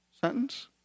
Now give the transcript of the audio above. sentence